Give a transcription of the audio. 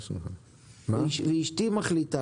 גברתי המנכ"לית,